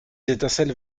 étincelles